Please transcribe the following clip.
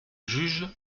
juge